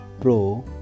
pro